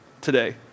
today